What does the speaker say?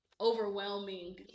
overwhelming